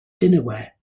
dinnerware